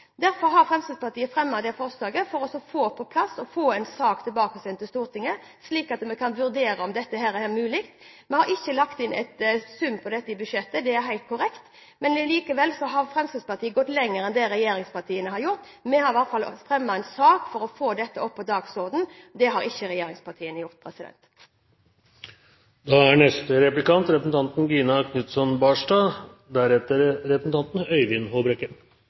derfor har vi fremmet dette Dokument nr. 8-forslaget. Men så får vi beskjed fra regjeringen om at det er veldig vanskelig å si hvilken sum det er snakk om, at det kan være et milliardbeløp. Fremskrittspartiet har fremmet forslaget for å få det på plass og få en sak tilbakesendt til Stortinget, slik at vi kan vurdere om dette er mulig. Vi har ikke lagt inn en sum for dette i budsjettet – det er helt korrekt. Men likevel har Fremskrittspartiet gått lenger enn det regjeringspartiene har gjort. Vi har i hvert fall fremmet en sak for å